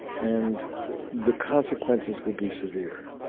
and the consequences will be severe.